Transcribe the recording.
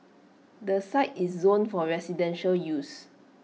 the site is zoned for residential use